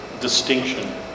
distinction